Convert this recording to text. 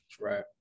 right